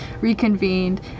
reconvened